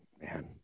man